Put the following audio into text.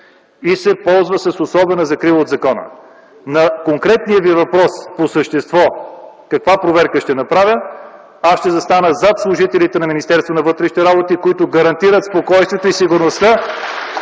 и се ползват с особена закрила от закона. На конкретния Ви въпрос по същество: каква проверка ще направя? Аз ще застана зад служителите на Министерството на вътрешните работи, които гарантират спокойствието и сигурността